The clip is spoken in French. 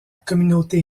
communauté